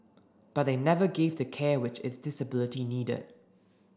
but they never gave the care which it's disability needed